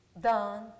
Done